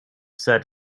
set